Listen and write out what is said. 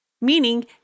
Meaning